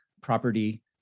property